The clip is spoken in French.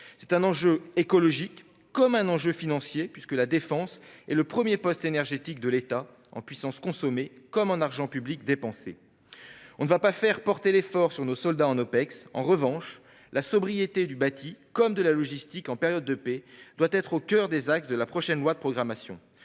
C'est un enjeu écologique et un enjeu financier, puisque la défense est le premier poste énergétique de l'État en puissance consommée comme en argent public dépensé. On ne va pas faire porter l'effort sur nos soldats en Opex. En revanche, la sobriété du bâti comme de la logistique en période de paix doit être au coeur des axes de la prochaine loi de programmation.